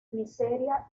miseria